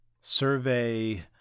survey